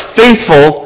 faithful